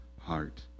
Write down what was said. heart